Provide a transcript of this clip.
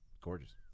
Gorgeous